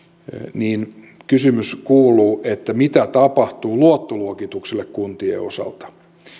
niin kysymys kuuluu mitä tapahtuu luottoluokituksille kuntien osalta